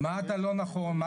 מה לא נכון?